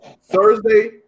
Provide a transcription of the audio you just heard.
Thursday